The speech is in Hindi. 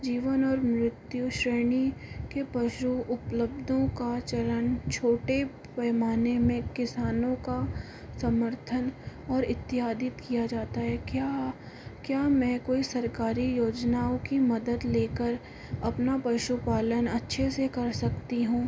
जीवन और मृत्यु श्रेणी के पशु उपलब्धों का चलन छोटे पैमाने में किसानों का समर्थन और इत्यादि किया जाता है क्या क्या मैं कोई सरकारी योजनाओं की मदद ले कर अपना पशुपालन अच्छे से कर सकती हूँ